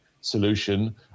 solution